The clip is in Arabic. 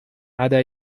عدا